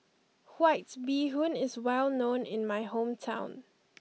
White Bee Hoon is well known in my hometown